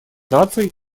наций